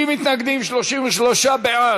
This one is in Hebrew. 50 מתנגדים, 33 בעד.